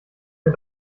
mir